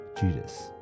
Judas